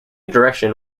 direction